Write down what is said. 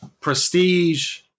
prestige